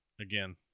Again